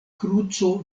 kruco